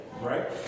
right